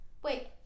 Wait